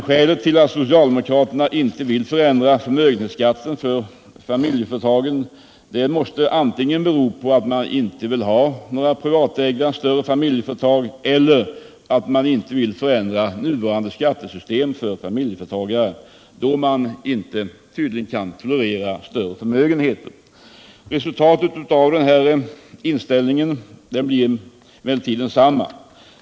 Skälet till att socialdemokraterna inte vill förändra förmögenhetsskatten för familjeföretagare måste vara att de antingen inte vill ha några privatägda större familjeföretag eller att de inte vill förändra nuvarande skattesystem för familjeföretagare, då de tydligen inte kan tolerera större förmögenheter. Resultatet av den inställningen blir emellertid detsamma.